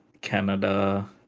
Canada